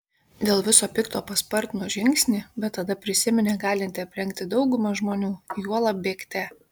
dėl viso pikto paspartino žingsnį bet tada prisiminė galinti aplenkti daugumą žmonių juolab bėgte